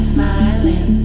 Smiling